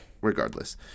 regardless